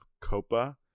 copa